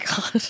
god